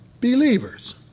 believers